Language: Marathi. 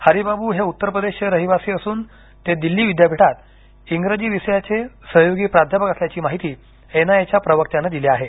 हरिबाबू हे उत्तरप्रदेशचे रहिवासी असून ते दिल्ली विद्यापीठात इंग्रजी विषयाचे सहयोगी प्राध्यापक असल्याची माहिती एनआयएच्या प्रवक्त्यानं दिली आहे